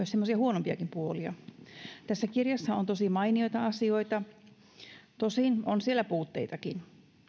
semmoisia huonompiakin puolia tässä kirjassa on tosi mainioita asioita tosin on siellä puutteitakin